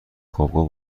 خوابگاه